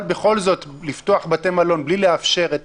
אבל בכל זאת לפתוח בתי מלון בלי לאפשר לפחות